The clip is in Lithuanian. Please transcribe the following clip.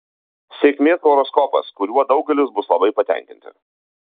sėkmės horoskopas kuriuo daugelis bus labai patenkinti